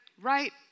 Right